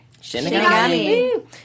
Shinigami